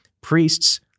priests